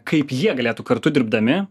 kaip jie galėtų kartu dirbdami